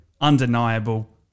undeniable